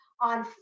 on